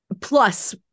Plus